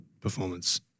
performance